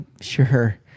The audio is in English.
Sure